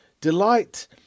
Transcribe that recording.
Delight